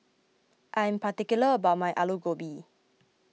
I am particular about my Aloo Gobi